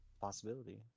Possibility